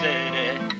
City